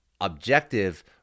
objective